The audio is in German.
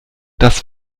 das